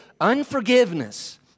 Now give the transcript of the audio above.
Unforgiveness